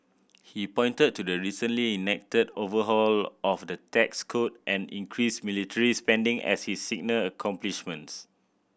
he pointed to the recently enacted overhaul of of the tax code and increased military spending as his signal accomplishments